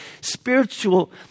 Spiritual